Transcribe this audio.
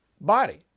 body